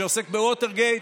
שעוסק בווטרגייט,